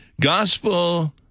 Gospel